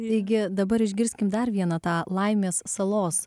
taigi dabar išgirskim dar vieną tą laimės salos